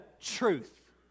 truth